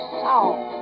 south